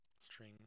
string